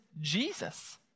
Jesus